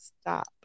stop